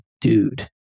dude